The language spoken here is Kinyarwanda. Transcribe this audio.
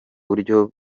buryo